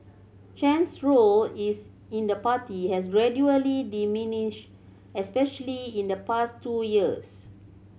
Chen's role is in the party has gradually diminished especially in the past two years